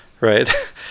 right